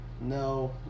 no